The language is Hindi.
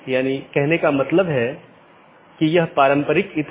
NLRI का उपयोग BGP द्वारा मार्गों के विज्ञापन के लिए किया जाता है